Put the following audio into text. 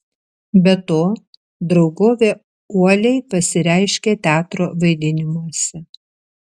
be to draugovė uoliai pasireiškė teatro vaidinimuose